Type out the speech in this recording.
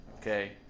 Okay